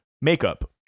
Makeup